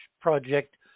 project